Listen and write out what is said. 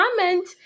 comment